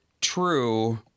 true